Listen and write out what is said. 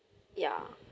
ya